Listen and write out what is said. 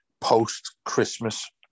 post-Christmas